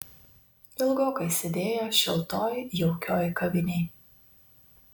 ilgokai sėdėjo šiltoj jaukioj kavinėj